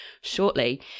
shortly